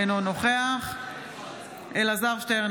אינו נוכח אלעזר שטרן,